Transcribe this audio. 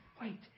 wait